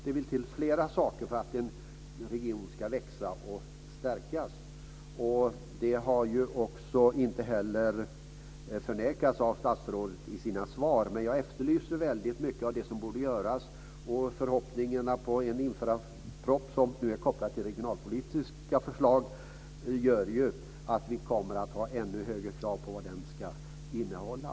Det vill till flera saker för att en region ska växa och stärkas, vilket statsrådet heller inte har förnekat i sina svar. Jag efterlyser dock väldigt mycket av det som borde göras. Förhoppningarna kring en infrastrukturproposition kopplad till regionalpolitiska förslag gör att vi kommer att ha ännu högre krav på vad den ska innehålla.